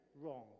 wrong